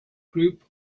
group